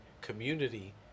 community